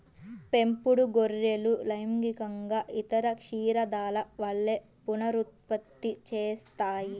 పెంపుడు గొర్రెలు లైంగికంగా ఇతర క్షీరదాల వలె పునరుత్పత్తి చేస్తాయి